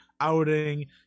outing